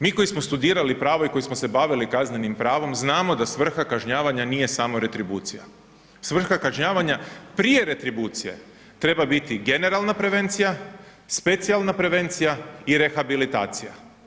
Mi koji smo studirali pravo i koji smo se bavili kaznenim pravo, znamo da svrha kažnjavanja nije samo retribucija, svrha kažnjavanja prije retribucije treba biti generalna prevencija, specijalna prevencija i rehabilitacija.